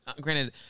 granted